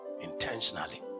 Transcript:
Intentionally